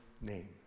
name